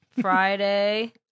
Friday